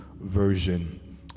version